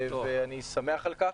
ואני שמח על כך.